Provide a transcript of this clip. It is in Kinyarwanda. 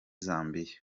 zambia